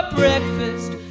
breakfast